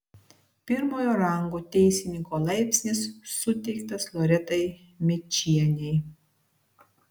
pirmojo rango teisininko laipsnis suteiktas loretai mėčienei